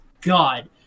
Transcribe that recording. God